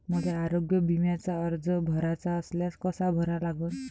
मले आरोग्य बिम्याचा अर्ज भराचा असल्यास कसा भरा लागन?